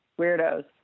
weirdos